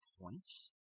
points